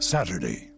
Saturday